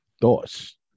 Thoughts